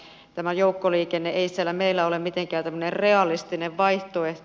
joukkoliikenne ei siellä meillä ole mitenkään tämmöinen realistinen vaihtoehto